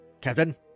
Captain